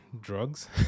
drugs